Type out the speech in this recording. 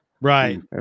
Right